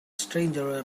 stranger